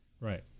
right